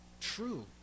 true